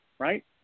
right